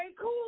cool